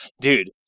Dude